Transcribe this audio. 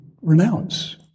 renounce